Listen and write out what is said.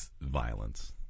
violence